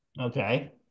Okay